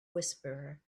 whisperer